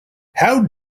how